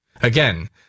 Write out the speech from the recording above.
Again